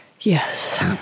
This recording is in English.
Yes